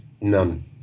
None